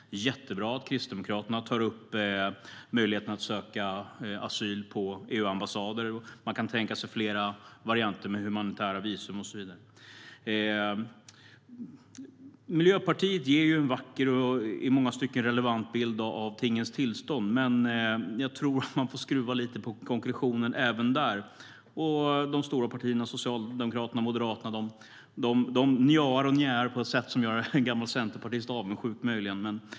Det är jättebra att Kristdemokraterna tar upp möjligheten att söka asyl på EU-ambassader. Man kan tänka sig flera varianter med humanitära visum och så vidare. Miljöpartiet ger en vacker och i många stycken relevant bild av tingens tillstånd, men jag tror att får skruva lite på konkretionen även där. De stora partierna, Socialdemokraterna och Moderaterna, säger nja och njä på ett sätt som möjligen gör en gammal centerpartist avundsjuk.